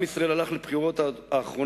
עם ישראל הלך לבחירות האחרונות